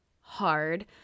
hard